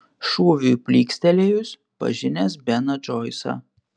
šūviui plykstelėjus pažinęs beną džoisą